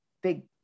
big